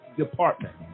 department